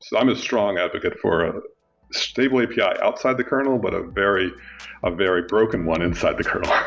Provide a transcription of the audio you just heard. so i'm a strong advocate for stable api yeah outside the kernel, but a very a very broken one inside the kernel.